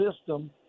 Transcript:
system